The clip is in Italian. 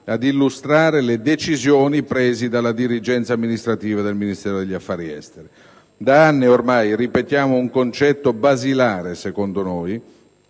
ad illustrare le decisioni prese dalla dirigenza amministrativa del Ministero degli affari esteri. Da anni ormai ripetiamo un concetto basilare, secondo noi,